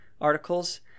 articles